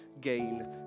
gain